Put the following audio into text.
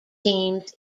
teams